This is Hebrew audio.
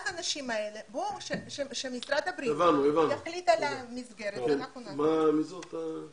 צריך משרד הבריאות להחליט על המסגרת ואז אנחנו נעשה.